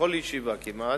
בכל ישיבה כמעט,